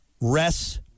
Rest